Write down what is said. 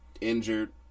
injured